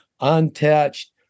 untouched